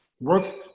work